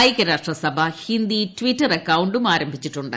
ഐക്യരാഷ്ട്ര സഭ ഹിന്ദി ട്വിറ്റർ അക്കൌണ്ടും ആരഭിച്ചിട്ടുണ്ട്